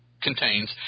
contains